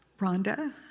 Rhonda